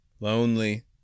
Lonely